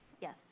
Yes